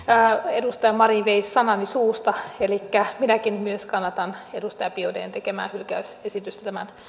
edustaja marin vei sanani suusta elikkä minäkin myös kannatan edustaja biaudetn tekemää hylkäysesitystä tämän